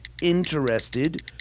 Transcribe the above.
interested